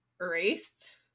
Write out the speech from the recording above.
erased